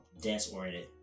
dance-oriented